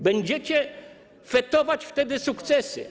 Będziecie fetować wtedy sukcesy.